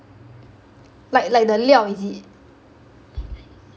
like like the 料 is it